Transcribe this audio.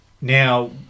Now